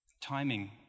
Timing